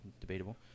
Debatable